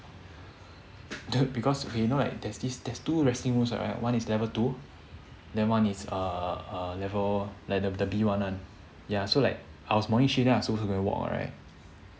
dude because wait you know right there's this there's two resting rooms what right one is level two then one is err level like the b one ya so like I was morning shift then I supposed to go and work right